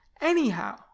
anyhow